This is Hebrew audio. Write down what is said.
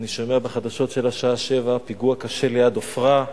אני שומע בחדשות של השעה 07:00: פיגוע קשה ליד עופרה,